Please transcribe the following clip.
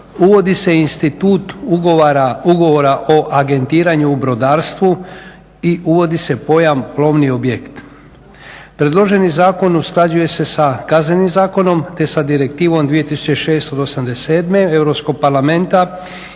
uvodi se institut ugovora o agentiranju u brodarstvu i uvodi se pojam plovni objekt. Predloženi zakon usklađuje se sa Kaznenim zakonom te sa Direktivom 2006/87 Europskog parlamenta